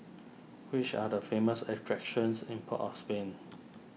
which are the famous attractions in Port of Spain